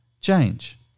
change